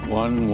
one